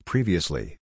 Previously